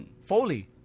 Foley